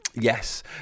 Yes